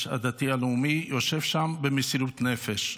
הדתי הלאומי, יושב שם במסירות נפש.